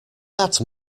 that